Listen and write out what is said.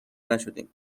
نشدیم